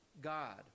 God